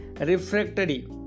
refractory